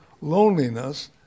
loneliness